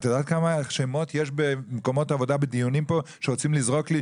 את יודעת כמה שמות יש במקומות עבודה בדיונים פה שרוצים לזרוק לי,